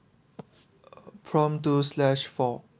uh prompt two slash four